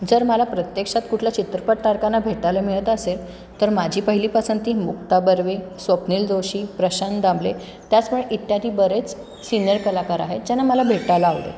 जर मला प्रत्यक्षात कुठल्या चित्रपट तारकांना भेटायला मिळत असेल तर माझी पहिली पसंती मुक्ता बर्वे स्वप्नील जोशी प्रशांत दामले त्याचमुळे इत्यादी बरेच सिनियर कलाकार आहेत ज्यांना मला भेटायला आवडेल